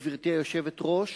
גברתי היושבת-ראש: